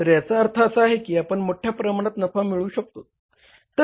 तर याचा अर्थ असा आहे की आपण मोठ्या प्रमाणात नफा मिळवू शकतोत